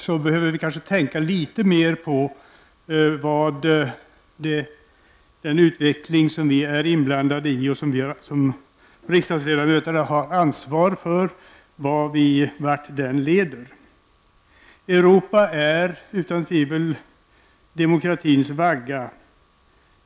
Vi bör nog något mer tänka på vart den utveckling som vi är inblandade i och som vi riksdagsledamöter har ett ansvar för kommer att leda. Europa är utan tvivel demokratins vagga.